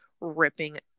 ripping